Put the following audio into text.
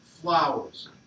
flowers